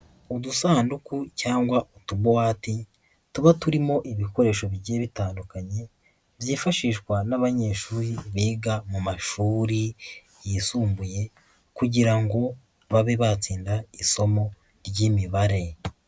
Udusanduku cyangwa utubuwate tuba turimo ibikoresho bigiye bitandukanye byifashishwa n'abanyeshuri biga mu mashuri yisumbuye kugira ngo babe batsinda isomo ry'imibare.